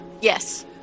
Yes